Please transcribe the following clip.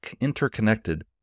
interconnected